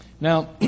Now